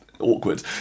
Awkward